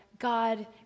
God